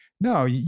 No